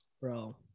bro